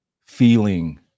feeling